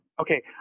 Okay